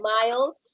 miles